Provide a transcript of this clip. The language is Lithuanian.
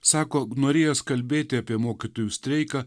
sako norėjęs kalbėti apie mokytojų streiką